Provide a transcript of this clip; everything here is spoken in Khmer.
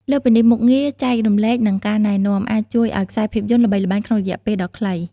លើសពីនេះ មុខងារ ចែករំលែកនិង ការណែនាំ អាចជួយឱ្យខ្សែភាពយន្តល្បីល្បាញក្នុងរយៈពេលដ៏ខ្លី។